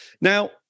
Now